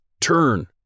Turn